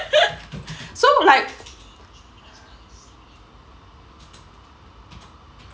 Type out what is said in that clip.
so like